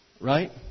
Right